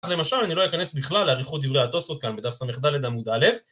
למשל, אני לא אכנס בכלל לעריכות דברי התוספות, כאן, בדף ס"ד עמוד א'...